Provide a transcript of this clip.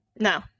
No